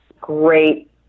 great